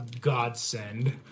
godsend